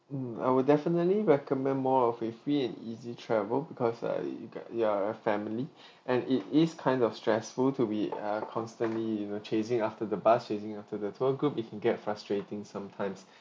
mm I would definitely recommend more of a free and easy travel because uh you got~ your family and it is kind of stressful to be uh constantly you know chasing after the bus chasing after the tour group it get frustrating sometimes